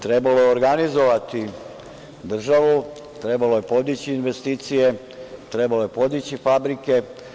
Trebalo je organizovati državu, trebalo je podići investicije, trebalo je podići fabrike.